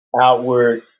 outward